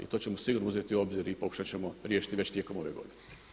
I to ćemo sigurno uzeti u obzir i pokušat ćemo riješiti već tijekom ove godine.